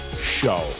Show